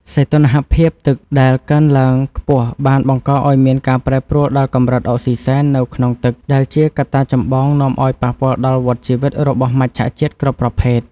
សីតុណ្ហភាពទឹកដែលកើនឡើងខ្ពស់បានបង្កឱ្យមានការប្រែប្រួលដល់កម្រិតអុកស៊ីសែននៅក្នុងទឹក ដែលជាកត្តាចម្បងនាំឱ្យប៉ះពាល់ដល់វដ្តជីវិតរបស់មច្ឆជាតិគ្រប់ប្រភេទ។